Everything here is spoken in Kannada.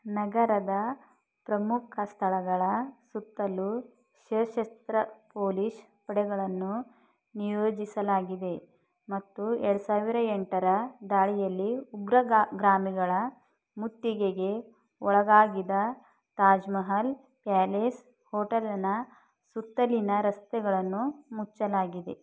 ನಗರದ ಪ್ರಮುಖ ಸ್ಥಳಗಳ ಸುತ್ತಲೂ ಸಶಸ್ತ್ರ ಪೋಲೀಸ್ ಪಡೆಗಳನ್ನು ನಿಯೋಜಿಸಲಾಗಿದೆ ಮತ್ತು ಎರಡು ಸಾವಿರ ಎಂಟರ ದಾಳಿಯಲ್ಲಿ ಉಗ್ರ ಗ್ರಾಮಿಗಳ ಮುತ್ತಿಗೆಗೆ ಒಳಗಾಗಿದ ತಾಜ್ ಮಹಲ್ ಪ್ಯಾಲೇಸ್ ಹೋಟೆಲಿನ ಸುತ್ತಲಿನ ರಸ್ತೆಗಳನ್ನು ಮುಚ್ಚಲಾಗಿದೆ